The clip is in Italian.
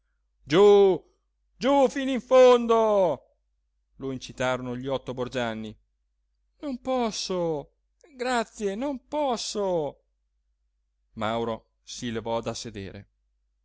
giú giú fino in fondo lo incitarono gli otto borgianni non posso grazie non posso mauro si levò da sedere